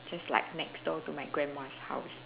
just like next door to my grandma's house